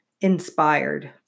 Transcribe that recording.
inspired